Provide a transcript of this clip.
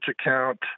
account